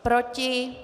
Proti?